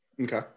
Okay